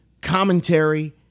commentary